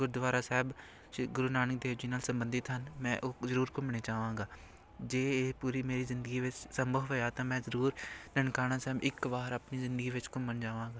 ਗੁਰਦੁਆਰਾ ਸਾਹਿਬ ਸ਼੍ਰੀ ਗੁਰੂ ਨਾਨਕ ਦੇਵ ਜੀ ਨਾਲ ਸੰਬੰਧਿਤ ਹਨ ਮੈਂ ਉਹ ਜ਼ਰੂਰ ਘੁੰਮਣੇ ਚਾਹਵਾਂਗਾ ਜੇ ਇਹ ਪੂਰੀ ਮੇਰੀ ਜ਼ਿੰਦਗੀ ਵਿੱਚ ਸੰਭਵ ਹੋਇਆ ਤਾਂ ਮੈਂ ਜ਼ਰੂਰ ਨਨਕਾਣਾ ਸਾਹਿਬ ਇੱਕ ਵਾਰ ਆਪਣੀ ਜ਼ਿੰਦਗੀ ਵਿੱਚ ਘੁੰਮਣ ਜਾਵਾਂਗਾ